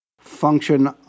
function